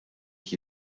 ich